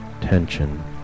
tension